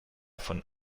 von